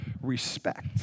respect